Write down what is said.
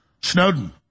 Snowden